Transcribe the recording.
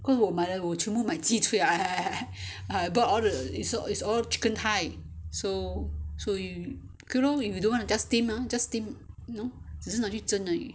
cause 我买了我全部买鸡腿 I I I I bought all the it's it's all chicken thigh so so you okay lor if you don't want just steam ah just steam 只是拿去蒸而已